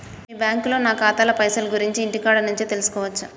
మీ బ్యాంకులో నా ఖాతాల పైసల గురించి ఇంటికాడ నుంచే తెలుసుకోవచ్చా?